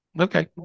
Okay